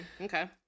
Okay